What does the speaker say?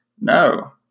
No